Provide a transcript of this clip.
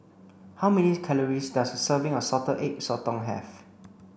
how many calories does a serving of salted egg sotong have